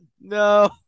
No